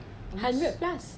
hundred plus